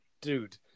dude